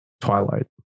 Twilight